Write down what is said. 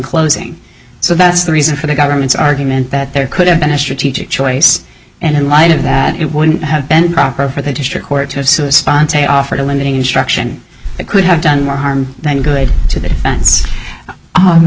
closing so that's the reason for the government's argument that there could have been a strategic choice and in light of that it would have been proper for the district court to have offered a limiting instruction that could have done more harm than good to the defense